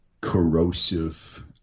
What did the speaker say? corrosive